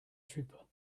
trooper